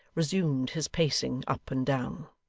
resumed his pacing up and down.